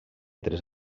tres